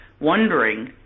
Wondering